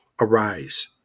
arise